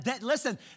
listen